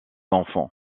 enfants